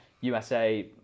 USA